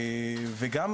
בנוסף,